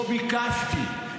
שבה ביקשתי,